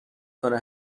کنه